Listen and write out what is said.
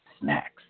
snacks